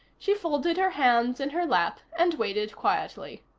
she folded her hands in her lap and waited quietly.